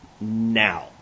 now